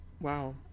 Wow